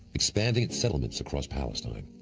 expanding its settlements across palestine.